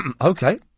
Okay